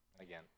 again